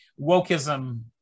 wokeism